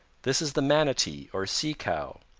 this is the manatee or sea cow.